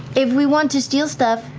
if we want to steal stuff,